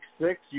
six